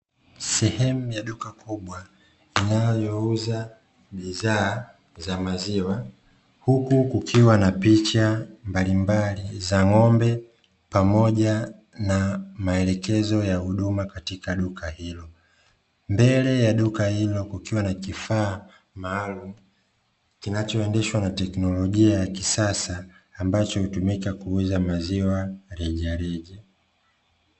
Sehemu ya duka kubwa linalouza bidhaa ya maziwa, huku kukiwa na picha mbalimbali za ng'ombe, pamoja na maelekezo ya huduma katika duka hilo. Mbele ya duka hilo kukiwa na kifaa maalumu, kinachoendeshwa na teknolojia ya kisasa, ambacho hutumika kuuza maziwa rejareja.